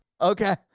Okay